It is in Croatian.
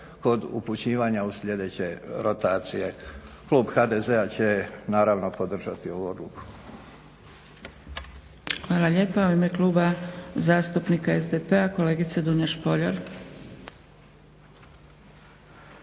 kod upućivanja u sljedeće rotacije. Klub HDZ-a će naravno podržati ovu odluku. **Zgrebec, Dragica (SDP)** Hvala lijepa. U ime kluba zastupnika SDP-a kolegica Dunja Špoljar.